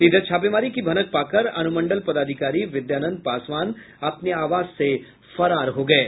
इधर छापेमारी की भनक पाकर अनुमंडल पदाधिकारी विद्यानंद पासवान अपने आवास से फरार हो गये